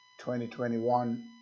2021